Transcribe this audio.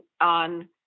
on